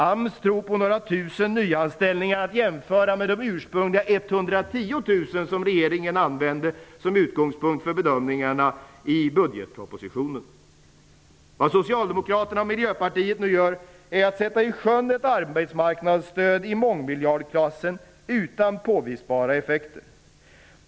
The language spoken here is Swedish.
AMS tror att det blir några tusen nyanställningar - att jämföra med de ursprungliga 110 000 nya jobb som regeringen använde som utgångspunkt för bedömningarna i budgetpropositionen. Vad Socialdemokraterna och Miljöpartiet nu gör är att de sätter i sjön ett arbetsmarknadsstöd i mångmiljardklassen utan påvisbara effekter.